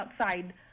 outside